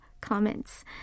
comments